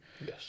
Yes